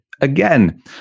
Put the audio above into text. again